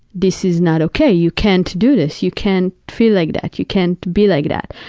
this is not okay, you can't do this, you can't feel like that, you can't be like that.